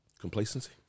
Complacency